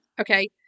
Okay